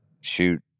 shoot